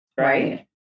Right